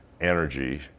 energy